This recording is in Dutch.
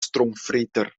stroomvreter